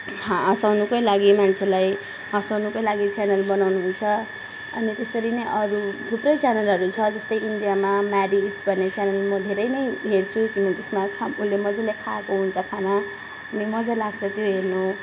हँसाउनुकै लागि मान्छेलाई हँसाउनुकै लागि च्यानल बनाउनुहुन्छ अनि त्यसरी नै अरू थुप्रै च्यानलहरू छ जस्तै इन्डियामा मेडिम्स भन्ने च्यानल म धेरै नै हेर्छु किनभने त्यसमा उसले मज्जाले खाएको हुन्छ खाना अनि मज्जा लाग्छ त्यो हेर्नु